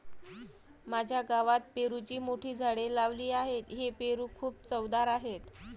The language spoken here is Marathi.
माझ्या गावात पेरूची मोठी झाडे लावली आहेत, हे पेरू खूप चवदार आहेत